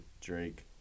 Drake